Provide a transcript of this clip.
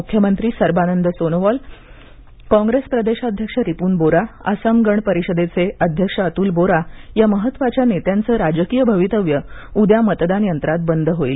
मुख्यमंत्री सर्बानंद सोनोवाल काँग्रेस प्रदेशाध्यक्ष रिपुन बोरा असम गण परिषदेचे अध्यक्ष अतुल बोरा या महत्त्वाच्या नेत्यांच राजकीय भवितव्य उद्या मतदान यंत्रात बंद होईल